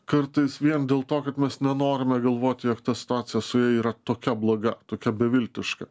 kartais vien dėlto kad mes nenorime galvoti jog ta situacija su ja yra tokia bloga tokia beviltiška